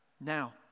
Now